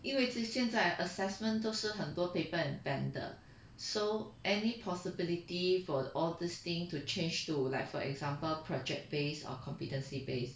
因为这现在 assessment 都是很多 paper and pen 的 so any possibility for all this thing to change to like for example project based or competency based